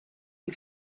die